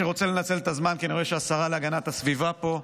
אני רוצה לנצל את הזמן כי אני רואה שהשרה להגנת הסביבה נמצאת פה.